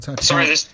Sorry